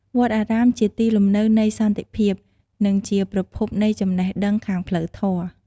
វត្តអារាមជាទីលំនៅនៃសន្តិភាព និងជាប្រភពនៃចំណេះដឹងខាងផ្លូវធម៌។